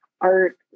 art